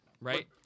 right